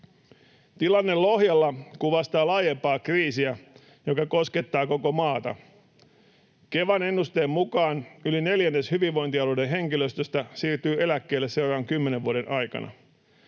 Tilanne Lohjalla kuvastaa laajempaa kriisiä, joka koskettaa koko maata. Kevan ennusteen mukaan yli neljännes hyvinvointialueiden henkilöstöstä siirtyy eläkkeelle seuraavan kymmenen vuoden aikana.